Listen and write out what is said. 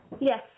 Yes